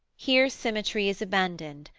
here symmetry is abandoned,